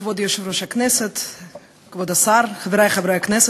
כבוד היושב-ראש, כבוד השר, חברי חברי הכנסת,